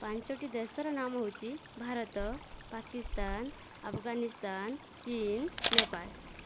ପାଞ୍ଚଟି ଦେଶର ନାମ ହେଉଛି ଭାରତ ପାକିସ୍ତାନ ଆଫଗାନିସ୍ତାନ ଚୀନ ନେପାଳ